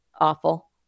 awful